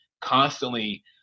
constantly